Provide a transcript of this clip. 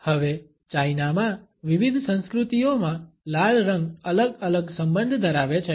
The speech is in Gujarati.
હવે ચાઇનામાં વિવિધ સંસ્કૃતિઓમાં લાલ રંગ અલગ અલગ સંબંધ ધરાવે છે